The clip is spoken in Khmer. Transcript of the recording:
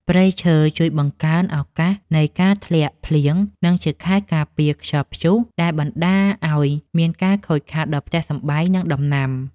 ព្រៃឈើជួយបង្កើនឱកាសនៃការធ្លាក់ភ្លៀង និងជាខែលការពារខ្យល់ព្យុះដែលបណ្តាលឱ្យមានការខូចខាតដល់ផ្ទះសម្បែង និងដំណាំ។